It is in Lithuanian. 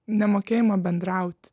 nemokėjimo bendraut